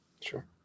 Sure